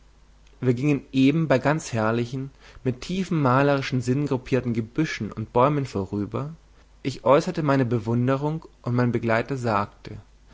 wir gingen eben bei ganz herrlichen mit tiefem malerischem sinn gruppierten gebüschen und bäumen vorüber ich äußerte meine bewunderung und mein begleiter sagte